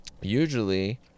Usually